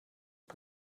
but